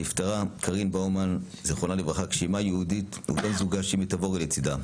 נפטרה קארין באומן ז"ל כשאימה יהודית ובן זוגה שימי תבורי לצידה.